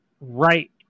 right